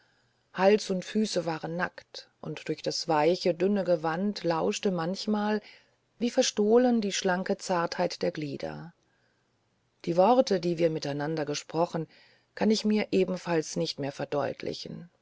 hals und füße waren nackt und durch das weiche dünne gewand lauschte manchmal wie verstohlen die schlanke zartheit der glieder die worte die wir miteinander gesprochen kann ich mir ebenfalls nicht mehr verdeutlichen